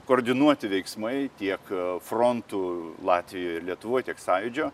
koordinuoti veiksmai tiek frontų latvijoj ir lietuvoj tiek sąjūdžio